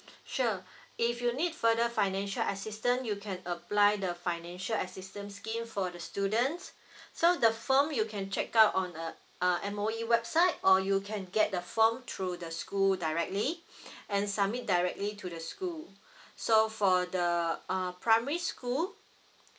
sure if you need further financial assistance you can apply the financial assistance scheme for the student so the form you can check out on a uh M_O_E website or you can get the form through the school directly and submit directly to the school so for the uh primary school